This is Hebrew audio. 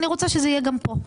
ואני רוצה שזה יהיה גם פה,